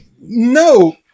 no